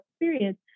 experience